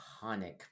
iconic